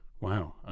Wow